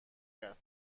کرد